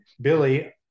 Billy